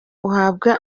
uhabwe